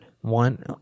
One